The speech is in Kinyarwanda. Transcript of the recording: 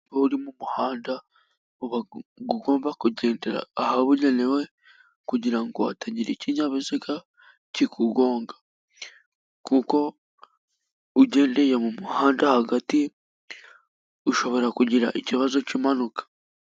Iyo uri mu muhanda uba ugomba kugendera ahabugenewe kugirango hatagira ikinyabiziga kikugonga, kuko ugendeye mu muhanda hagati, ushobora kugira ikibazo cy'impanuka.